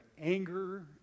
anger